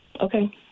Okay